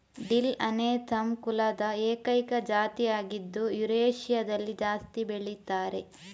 dill anethum ಕುಲದ ಏಕೈಕ ಜಾತಿ ಆಗಿದ್ದು ಯುರೇಷಿಯಾದಲ್ಲಿ ಜಾಸ್ತಿ ಬೆಳೀತಾರೆ